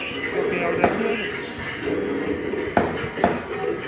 लोकें आओ जाई बी ऐ नेईं